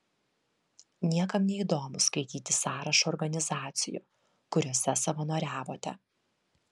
niekam neįdomu skaityti sąrašą organizacijų kuriose savanoriavote